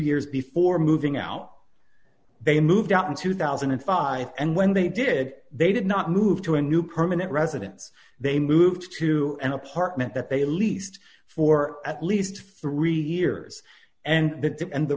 years before moving out they moved out in two thousand and five and when they did they did not move to a new permanent residence they moved to an apartment that they leased for at least three years and that that and the